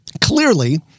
clearly